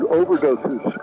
overdoses